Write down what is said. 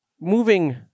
moving